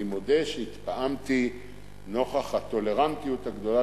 אני מודה שהתפעמתי נוכח הטולרנטיות הגדולה